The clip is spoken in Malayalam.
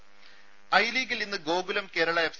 ദേദ ഐ ലീഗിൽ ഇന്ന് ഗോകുലം കേരള എഫ്